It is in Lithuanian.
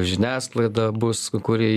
žiniasklaida bus kuri